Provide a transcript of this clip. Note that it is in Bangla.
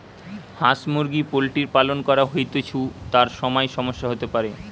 হাঁস মুরগি পোল্ট্রির পালন করা হৈতেছু, তার সময় সমস্যা হতে পারে